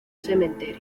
cementerio